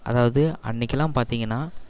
அதாவது அன்றைக்கெல்லாம் பார்த்தீங்கன்னா